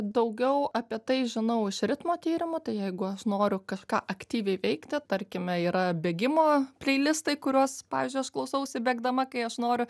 daugiau apie tai žinau iš ritmo tyrimų tai jeigu aš noriu kažką aktyviai veikti tarkime yra bėgimo pleilistai kuriuos pavyzdžiui aš klausausi bėgdama kai aš noriu